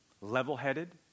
level-headed